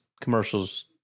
commercials